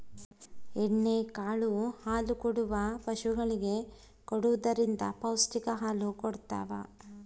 ಎಣ್ಣೆ ಕಾಳು ಹಾಲುಕೊಡುವ ಪಶುಗಳಿಗೆ ಕೊಡುವುದರಿಂದ ಪೌಷ್ಟಿಕ ಹಾಲು ಕೊಡತಾವ